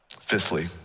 Fifthly